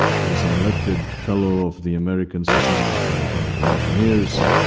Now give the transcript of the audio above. he's an elected fellow of the american society for mechanical engineers.